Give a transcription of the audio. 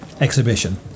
exhibition